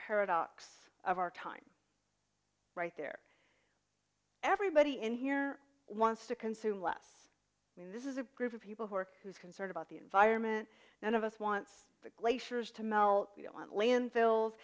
paradox of our time right there everybody in here wants to consume less i mean this is a group of people who are concerned about the environment and of us wants the glaciers to melt we don't want landfills